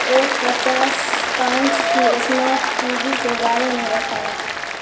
ایک پچاس پانچ کی اسمارٹ ٹی وی کے بارے میں بتاؤ